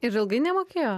ir ilgai nemokėjo